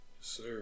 Sir